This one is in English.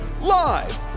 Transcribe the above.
live